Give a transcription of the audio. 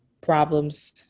problems